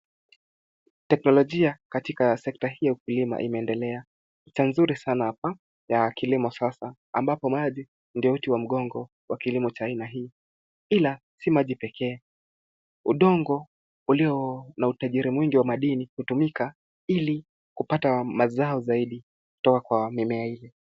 Teknolojia katika sekta hii ya ukulima imeendelea sekta nzuri sana hapa ya kilimo sasa ambapo maji ndio uti wa mgongo wa kilimo cha aina hii ila sio maji pekee udongo ulio na utajiri mwingi wa madini hutumika ili kupata mazao zaidi kutoka kwa mimea.